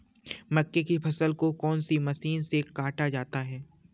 मक्के की फसल को कौन सी मशीन से काटा जाता है?